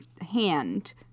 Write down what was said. hand